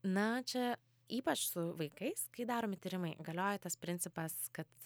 na čia ypač su vaikais kai daromi tyrimai galioja tas principas kad